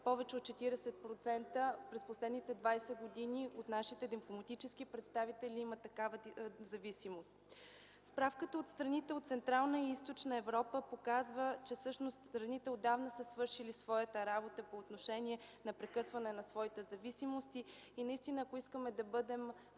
повече от 40% през последните 20 години от нашите дипломатически представители имат такава зависимост. Справката от страните от Централна и Източна Европа показва, че всъщност страните отдавна са свършили своята работа по отношение на прекъсване на своите зависимости и наистина, ако искаме да бъдем